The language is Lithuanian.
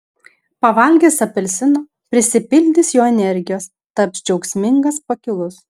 pavalgęs apelsino prisipildys jo energijos taps džiaugsmingas pakilus